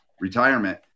retirement